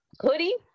hoodie